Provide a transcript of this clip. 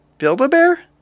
Build-A-Bear